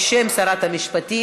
בשם שרת המשפטים,